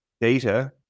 data